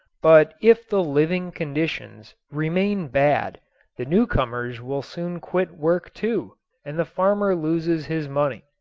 but if the living conditions remain bad the newcomers will soon quit work too and the farmer loses his money.